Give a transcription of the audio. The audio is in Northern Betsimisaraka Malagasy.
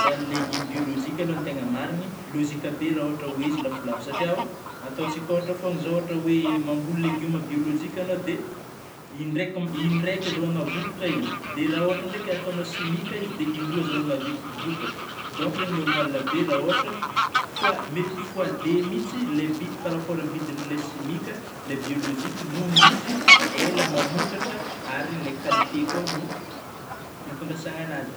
Raha ny legioma biolojika alôha tegna marigny logique be, raha ôhatry oe izy lafolafo satrià oh, ataontsika ôhatry foana zao oe, maboly legioma biolojika enao de indraiky, indraika azahoana vôkatra igny, dia raha ôhatry ndraiky atanao simika izy dia in-drôa azahoagna vi-vôkatra .Donc zany normal be raha ôhatra fois, mety ho fois deux mihitsy vidiny, par rapport amin'ilay simika ilay biolijika, nohon'ny izy ela mamôkatra, ary ilay qualité koa no hitondrasana agnazy.